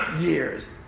years